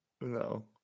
No